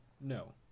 No